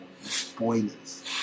Spoilers